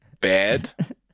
bad